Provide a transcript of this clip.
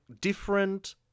different